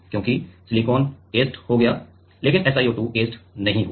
क्योंकि silicon etched हो गया लेकिन SiO2 ऐचेड नहीं हुआ